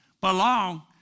belong